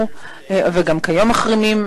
לייצב אותה וגם לשפר אותה.